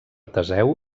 teseu